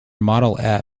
model